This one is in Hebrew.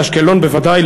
לאשקלון בוודאי,